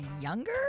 younger